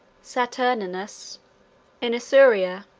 saturninus in isauria,